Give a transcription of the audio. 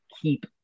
keep